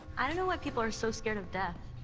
i don't know why people are so scared of death.